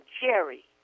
Jerry